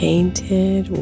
Painted